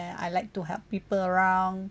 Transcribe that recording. and I like to help people around